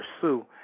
pursue